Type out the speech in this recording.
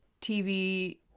TV